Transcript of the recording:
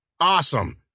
Awesome